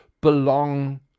belong